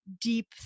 deep